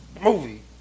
movie